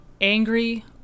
angry